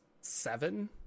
seven